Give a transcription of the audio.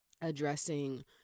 addressing